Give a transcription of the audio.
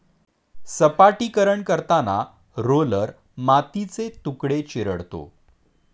सपाटीकरण करताना रोलर मातीचे तुकडे चिरडतो